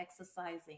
exercising